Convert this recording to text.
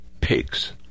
pigs